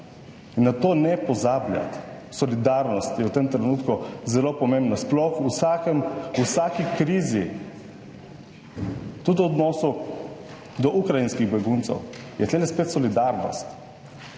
na to ne pozabljati. Solidarnost je v tem trenutku zelo pomembna, sploh v vsakem, vsaki krizi, tudi v odnosu do ukrajinskih beguncev je tule spet solidarnost.